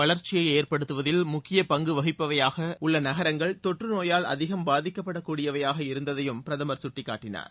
வளர்ச்சியை ஏற்படுத்துவதில் முக்கிய பங்கு வகிப்பவையாக உள்ள நகரங்கள் தொற்று நோயால் அதிகம் பாதிக்கப்படக்கூடியவையாக இருந்ததையும் பிரதமர் குட்டிக்காட்டினார்